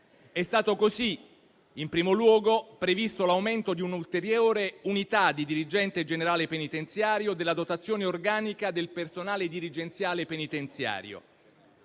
È stato così previsto, in primo luogo, l'aumento di un'ulteriore unità di dirigente generale penitenziario della dotazione organica del personale dirigenziale penitenziario.